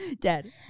dead